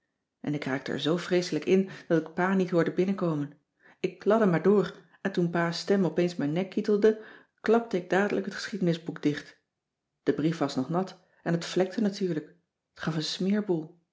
en ik raakte er zoo vreeselijk in dat ik pa niet hoorde binnenkomen ik kladde maar door en toen pa's stem opeens mijn nek kietelde klapte ik dadelijk het geschiedenisboek dicht de brief was nog nat en het vlekte natuurlijk t gaf een smeerboel